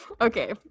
okay